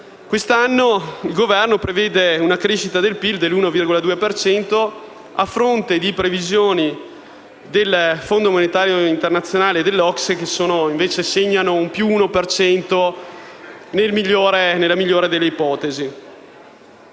Quest'anno il Governo prevede una crescita del PIL dell'1,2 per cento, a fronte di previsioni del Fondo monetario internazionale e dell'OCSE che invece segnano un più uno per cento nella migliore delle ipotesi.